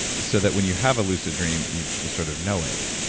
so that when you have a lucid dream you you sort of know it.